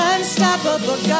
Unstoppable